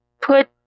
put